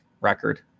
record